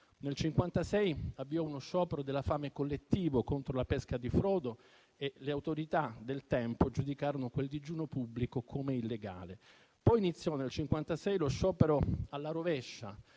Nel 1956 avviò uno sciopero della fame collettivo contro la pesca di frodo e le autorità del tempo giudicarono quel digiuno pubblico come illegale. Poi iniziò nel 1956 lo sciopero alla rovescia: